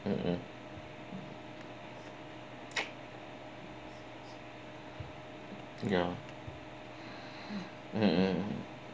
mmhmm ya mmhmm